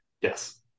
Yes